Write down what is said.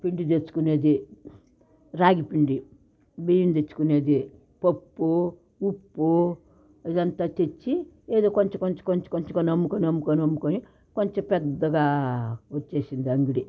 పిండి తెచ్చుకునేది రాగిపిండి బియ్యం తెచ్చుకునేది పప్పూ ఉప్పూ ఇదంతా తెచ్చి ఏదో కొంచె కొంచె కొంచె కొంచెంగా తెచ్చుకుని అమ్ముకుని అమ్ముకుని కొంచెం పెద్దగా వచ్చేసింది అంగడి